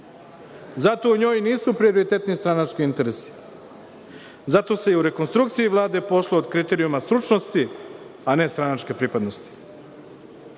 zato u njoj nisu prioritetni stranački interesi. Zato se i u rekonstrukciji Vlade pošlo od kriterijuma stručnosti, a ne stranačke pripadnosti. Poštovani